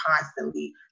constantly